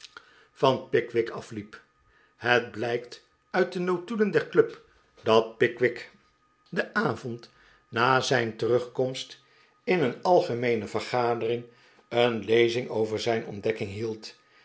van pickwick afliep het blijkt uit de notulen der club dat pickwick den avond na zijn terugkoms t in een algemeene vergadering een lezing over zijn ontdekking hield